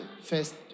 first